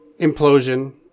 Implosion